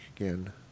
again